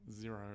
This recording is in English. zero